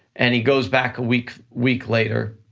and he goes back a week week later,